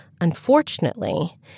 unfortunately—